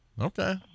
Okay